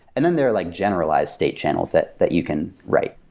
and then, there are like generalized state channels that that you can write.